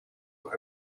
look